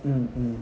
mm